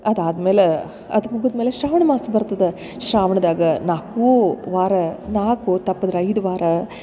ಅದಾದ್ಮೇಲೆ ಅದು ಮುಗುದ್ಮೇಲೆ ಶ್ರಾವಣ ಮಾಸ ಬರ್ತದ ಶ್ರಾವಣದಾಗ ನಾಲ್ಕು ವಾರ ನಾಲ್ಕು ತಪ್ಪದ್ರ ಐದು ವಾರ